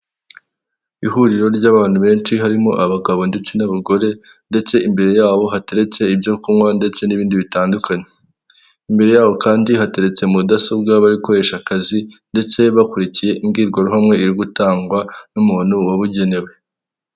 Ihuriro ry'abantu benshi harimo abagabo ndetse n'abagore ndetse imbere yabo hateretse ibyo kunywa ndetse n'ibindi bitandukanye, imbere yabo kandi hateretse mudasobwa bari gukoresha akazi ndetse bakurikiye imbwirwaruhamwe iri gutangwa n'umuntu wabugenewe.